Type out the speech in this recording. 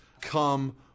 come